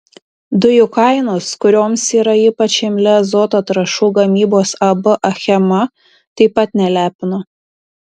dujų kainos kurioms yra ypač imli azoto trąšų gamybos ab achema taip pat nelepino